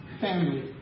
family